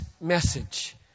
message